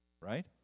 Right